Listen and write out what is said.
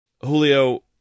Julio